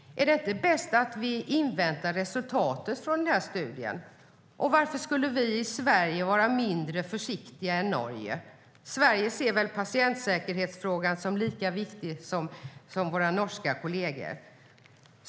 Är det inte bäst att invänta resultatet från denna studie? Och varför skulle vi i Sverige vara mindre försiktiga än i Norge? Sverige ser väl patientsäkerhetsfrågan som lika viktig som våra norska kolleger.